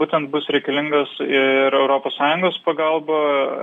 būtent bus reikalingas ir europos sąjungos pagalba